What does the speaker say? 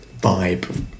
vibe